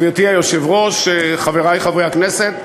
גברתי היושבת-ראש, חברי חברי הכנסת,